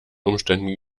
umständen